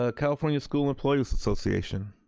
ah california school employees association.